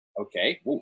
Okay